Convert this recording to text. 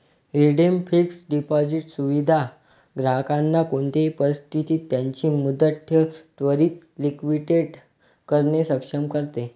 redeemed fixed deposit सुविधा ग्राहकांना कोणते परिस्थितीत त्यांची मुदत ठेव त्वरीत लिक्विडेट करणे सक्षम करते